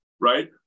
right